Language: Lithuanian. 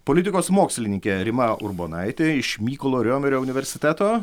politikos mokslininkė rima urbonaitė iš mykolo riomerio universiteto